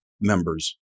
members